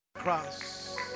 cross